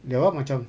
dia oh macam